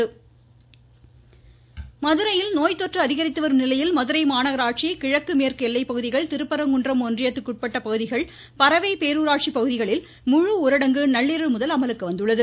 ம் ம் ம் ம் ம் ம மதுரை வாய்ஸ் மதுரையில் நோய்தொற்று அதிகரித்து வரும் நிலையில் மதுரை மாநகராட்சி கிழக்கு மேற்கு எல்லைப்பகுதிகள்திருப்பரங்குன்றம் ஒன்றியத்திற்குட்பட்ட பகுதிகள் பறவை பேரூராட்சி பகுதிகளில் முழு ஊரடங்கு நள்ளிரவு முதல் அமலுக்கு வந்துள்ளது